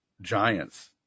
giants